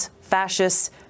fascists